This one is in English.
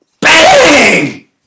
BANG